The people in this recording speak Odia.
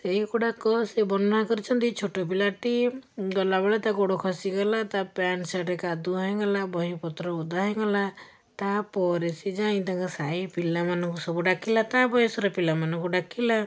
ସେଇଗୁଡ଼ାକ ସେ ବର୍ଣ୍ଣନା କରିଛନ୍ତି ଛୋଟପିଲାଟି ଗଲାବେଳେ ତା' ଗୋଡ଼ ଖସିଗଲା ତ ପ୍ୟାଣ୍ଟ୍ ଶାର୍ଟ୍ କାଦୁଅ ହେଇଗଲା ବହିପତ୍ର ଓଦା ହେଇଗଲା ତା'ପରେ ସେ ଯାଇ ତାଙ୍କ ସାହି ପିଲାମାନଙ୍କୁ ସବୁ ଡାକିଲା ତା' ବୟସର ପିଲାମାନଙ୍କୁ ଡାକିଲା